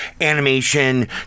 animation